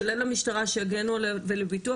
לשלם למשטרה שיגנו עלינו ולביטוח.